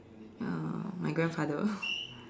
uh my grandfather